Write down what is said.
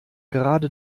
gerade